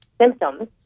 symptoms